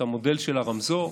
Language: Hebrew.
המודל של הרמזור,